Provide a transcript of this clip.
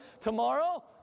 tomorrow